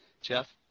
Jeff